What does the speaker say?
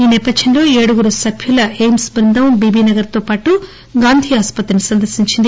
ఈ నేపథ్యంలో ఏడుగురు సభ్యులు ఎయిమ్స్ బృందం బీబీనగర్తోపాటు గాంధీని ఆస్పత్రిని సందర్భించింది